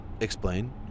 Explain